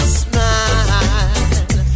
smile